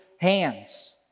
hands